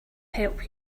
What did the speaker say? help